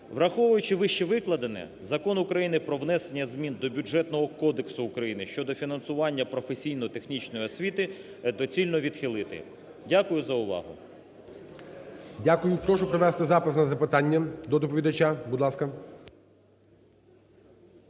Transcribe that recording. Враховуючи вище викладене Закон України "Про внесення змін до Бюджетного кодексу України щодо фінансування професійно-технічної освіти" доцільно відхилити. Дякую за увагу. ГОЛОВУЮЧИЙ. Дякую. Прошу провести запис на запитання до доповідача,